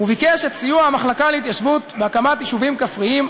וביקש את סיוע המחלקה להתיישבות בהקמת יישובים כפריים,